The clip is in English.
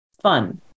fun